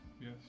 Yes